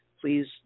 Please